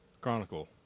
Chronicle